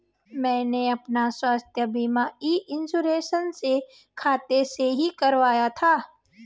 मैंने अपना स्वास्थ्य बीमा ई इन्श्योरेन्स के खाते से ही कराया था